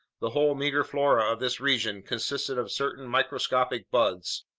the whole meager flora of this region consisted of certain microscopic buds,